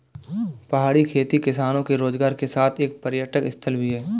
पहाड़ी खेती किसानों के रोजगार के साथ एक पर्यटक स्थल भी है